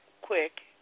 quick